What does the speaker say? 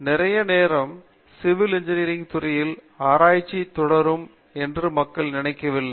நிறைய நேரம் civil engineering துறையில் ஆராய்ச்சி தொடரும் என்று மக்கள் நினைக்கவில்லை